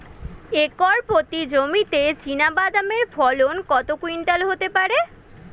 Acre প্রতি জমিতে চীনাবাদাম এর ফলন কত কুইন্টাল হতে পারে?